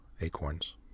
acorns